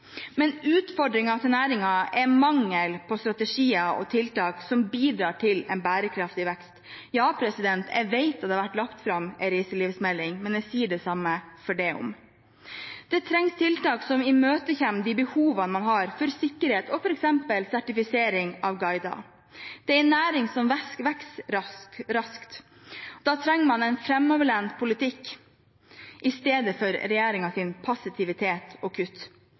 men utfordringen til næringen er mangel på strategier og tiltak som bidrar til en bærekraftig vekst. Ja, jeg vet at det har vært lagt fram en reiselivsmelding, men jeg sier det samme for det. Det trengs tiltak som imøtekommer de behovene man har for sikkerhet og f.eks. sertifisering av guider. Det er en næring som vokser raskt. Da trenger man en framoverlent politikk istedenfor regjeringens passivitet og kutt.